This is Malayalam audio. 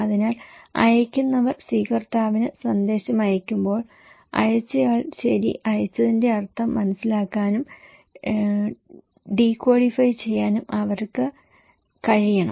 അതിനാൽ അയയ്ക്കുന്നവർ സ്വീകർത്താവിന് സന്ദേശം അയയ്ക്കുമ്പോൾ അയച്ചയാൾ ശരി അയച്ചതിന്റെ അർത്ഥം മനസിലാക്കാനും ഡീകോഡിഫൈ ചെയ്യാനും അവർക്ക് കഴിയണം